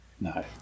No